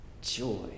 joy